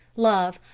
love,